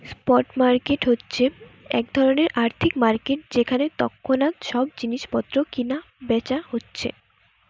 spot market হচ্ছে এক ধরণের আর্থিক মার্কেট যেখানে তৎক্ষণাৎ সব জিনিস পত্র কিনা বেচা হচ্ছে